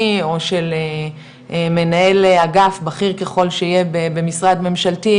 או של מנהל אגף בכיר ככל שיהיה במשרד ממשלתי,